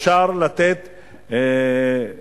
אפשר לתת מענקי,